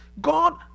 god